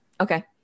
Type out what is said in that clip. Okay